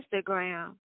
Instagram